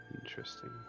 Interesting